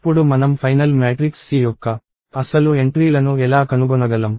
ఇప్పుడు మనం final matrix C యొక్క అసలు ఎంట్రీలను ఎలా కనుగొనగలం